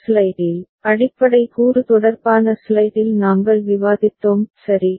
முதல் ஸ்லைடில் அடிப்படை கூறு தொடர்பான ஸ்லைடில் நாங்கள் விவாதித்தோம் சரி